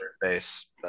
base